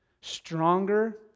stronger